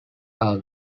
are